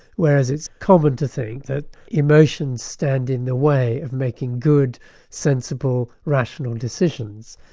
whereas it's common to think that emotions stand in the way of making good sensible rational decisions,